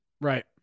right